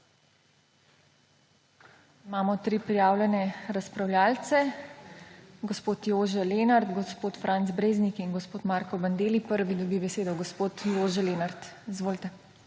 Imamo tri prijavljene razpravljavce: gospod Jože Lenart, gospod Franc Breznik in gospod Marko Bandelli. Prvi dobi besedo gospod Jože Lenart. Izvolite.